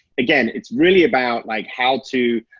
again, it's really about like how to